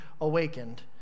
awakened